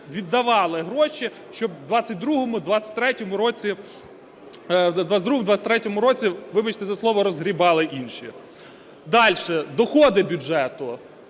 віддавали гроші, щоб в 22-23-му році, вибачте за слово, "розгрібали" інші. Далі: доходи бюджету.